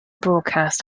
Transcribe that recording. broadcast